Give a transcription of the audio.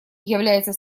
является